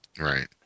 Right